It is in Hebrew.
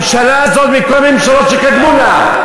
מה נשתנה, הממשלה הזאת מכל ממשלות שקדמו לה?